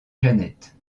jeannette